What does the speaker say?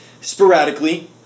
sporadically